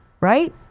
Right